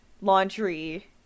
laundry